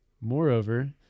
Moreover